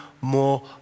more